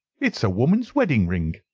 it's a woman's wedding-ring.